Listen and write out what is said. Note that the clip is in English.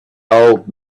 old